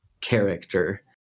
Character